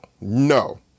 No